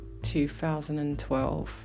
2012